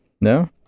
No